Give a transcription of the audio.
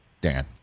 Dan